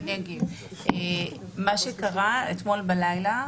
מה שקרה אתמול בלילה,